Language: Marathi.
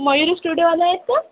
मयूर स्टुडिओवाले आहेत का